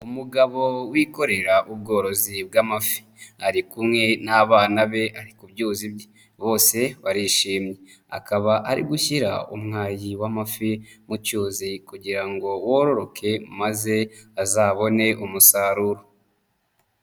Umugabo wikorera ubworozi bw'amafi ari kumwe n'abana be ari ku byuzi, bose barishimye. Akaba ari gushyira umwayi w'amafi mu cyuzi kugira ngo wororoke maze azabone umusaruro.